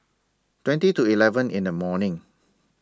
twenty to eleven in The morning